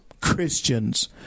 Christians